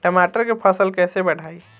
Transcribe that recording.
टमाटर के फ़सल कैसे बढ़ाई?